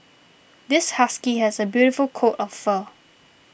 this husky has a beautiful coat of fur